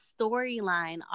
storyline